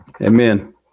amen